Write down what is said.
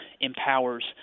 empowers –